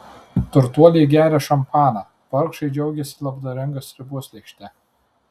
turtuoliai geria šampaną vargšai džiaugiasi labdaringa sriubos lėkšte